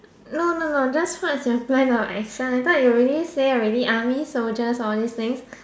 no no no that's what's your plan of action I thought you already say already army soldiers all these things